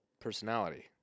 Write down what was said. personality